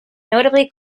notably